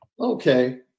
Okay